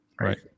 right